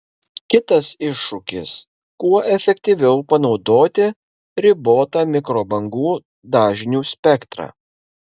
kitas iššūkis kuo efektyviau panaudoti ribotą mikrobangų dažnių spektrą